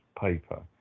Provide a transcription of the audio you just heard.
paper